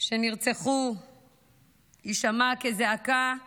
שנרצחו יישמע כזעקה גדולה,